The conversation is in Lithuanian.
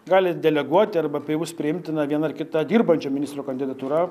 gali deleguoti arba tai bus priimtina viena ar kita dirbančio ministro kandidatūra